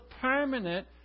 permanent